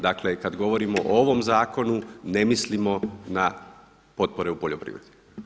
Dakle, kad govorimo o ovom zakonu ne mislimo na potpore u poljoprivredi.